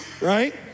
right